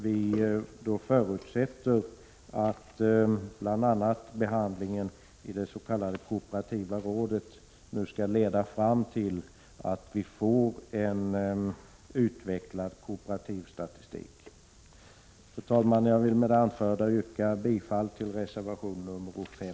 Vi förutsätter att bl.a. arbetet i det Kooperativa rådet leder fram till att det blir en mer utvecklad kooperativ statistik. Fru talman! Jag vill med det anförda yrka bifall till reservation 5.